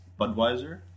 Budweiser